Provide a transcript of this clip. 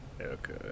Okay